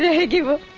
had you